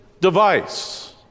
device